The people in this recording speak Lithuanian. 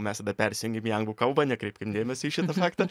mes tada persijungėm į anglų kalbą nekreipkim dėmesio į šitą faktą